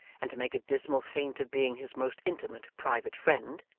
and to make a dismal feint of being his most intimate private friend,